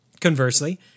conversely